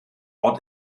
ort